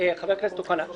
חבר הכנסת אוחנה,